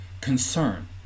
concern